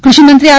કૃષિમંત્રી આર